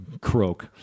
croak